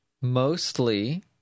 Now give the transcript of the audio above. Mostly